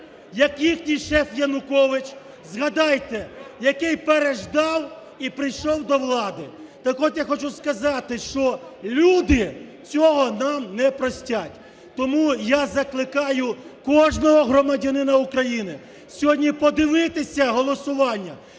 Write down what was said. як їхній шеф Янукович, згадайте, який переждав і прийшов до влади. Так от, я хочу сказати, що люди цього нам не простять! Тому я закликаю кожного громадянина України сьогодні подивитися голосування,